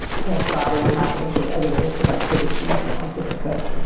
transcribe what was happening so the editors could like pick and choose from like different cuts.